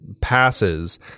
passes